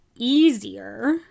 Easier